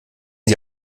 sie